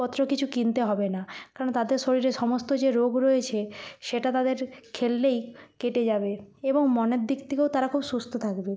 পত্র কিছু কিনতে হবে না কেননা তাদের শরীরে সমস্ত যে রোগ রয়েছে সেটা তাদের খেললেই কেটে যাবে এবং মনের দিক থেকেও তারা খুব সুস্থ থাকবে